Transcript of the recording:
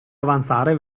avanzare